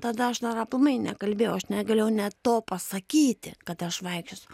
tada aš dar aplamai nekalbėjau aš negalėjau net to pasakyti kad aš vaikščiosiu